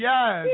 Yes